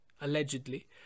Allegedly